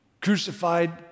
crucified